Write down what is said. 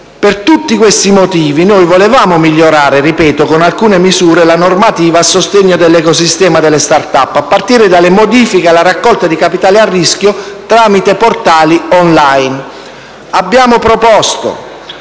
Per tutti questi motivi volevamo migliorare, ripeto, con alcune misure la normativa a sostegno dell'ecosistema della *start-up*, a partire dalle modifiche alla raccolta di capitali di rischio tramite portali *online*. Abbiamo proposto: